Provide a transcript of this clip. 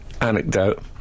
anecdote